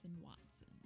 watson